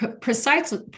precisely